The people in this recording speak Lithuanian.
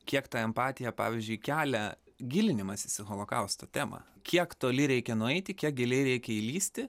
kiek tą empatiją pavyzdžiui kelia gilinimasis į holokausto temą kiek toli reikia nueiti kiek giliai reikia įlįsti